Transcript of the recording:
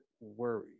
worry